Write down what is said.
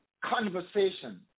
conversation